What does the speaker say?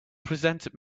presented